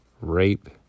Rape